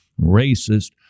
racist